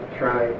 try